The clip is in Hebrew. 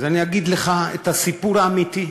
אז אני אגיד לך מה הסיפור האמיתי: